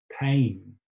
pain